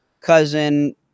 cousin